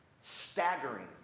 staggering